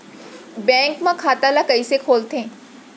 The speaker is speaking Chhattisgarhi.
बैंक म खाता ल कइसे खोलथे?